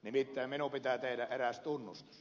nimittäin minun pitää tehdä eräs tunnustus